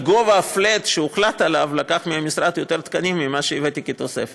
אבל גובה ה-flat שהוחלט עליו לקח מהמשרד יותר תקנים ממה שהבאתי כתוספת.